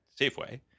Safeway